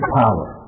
power